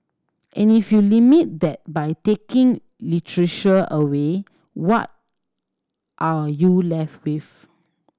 and if you limit that by taking away what are you left with